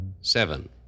Seven